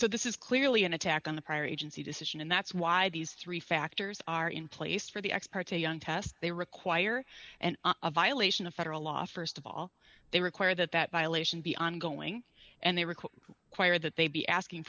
so this is clearly an attack on the prior agency decision and that's why these three factors are in place for the ex parte young test they require and a violation of federal law st of all they require that that violation be ongoing and they require choir that they be asking